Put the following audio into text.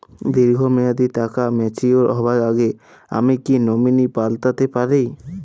দীর্ঘ মেয়াদি টাকা ম্যাচিউর হবার আগে আমি কি নমিনি পাল্টা তে পারি?